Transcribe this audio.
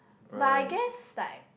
but I guess like